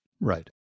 Right